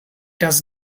does